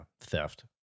theft